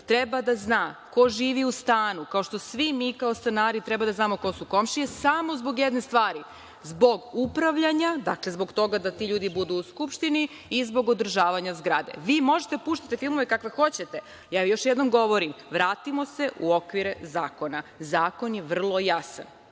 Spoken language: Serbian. treba da zna ko živi u stanu kao što svi mi kao stanari treba da znamo ko su komšije samo zbog jedne stvari, zbog upravljanja, dakle, zbog toga da ti ljudi budu u skupštini i zbog održavanja zgrade. Vi možete da puštate filmove kakve god hoćete, ja još jednom govorim, vratimo se u okvire zakona. Zakon je vrlo jasan.